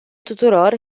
tuturor